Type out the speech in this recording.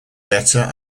better